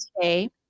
today